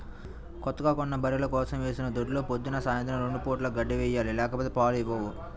కొత్తగా కొన్న బర్రెల కోసం వేసిన దొడ్లో పొద్దున్న, సాయంత్రం రెండు పూటలా గడ్డి వేయాలి లేకపోతే పాలు ఇవ్వవు